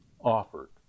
offered